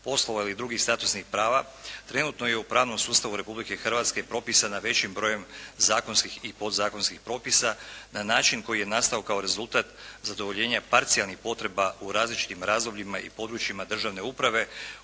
poslova ili drugih statusnih prava trenutno je u pravnom sustavu Republike Hrvatske propisana većim brojem zakonskih i podzakonskih propisa na način koji je nastao kao rezultat zadovoljenja parcijalnih potreba u različitim razdobljima i područjima državne uprave